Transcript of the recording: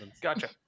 Gotcha